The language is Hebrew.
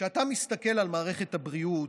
כשאתה מסתכל על מערכת הבריאות,